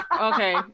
Okay